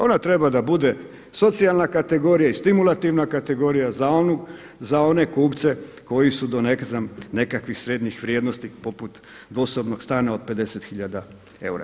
Ona treba da bude socijalna kategorija i stimulativna kategorija za one kupce koji su do ne znam nekakvih srednjih vrijednosti poput dvosobnog stana od 50 hiljada eura.